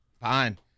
fine